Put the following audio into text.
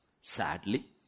sadly